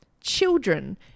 children